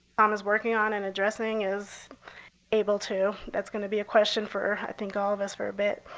um is working on and addressing, is able to. that's going to be a question for, i think, all of us for a bit.